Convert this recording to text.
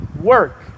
work